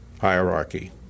hierarchy